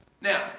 Now